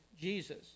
Jesus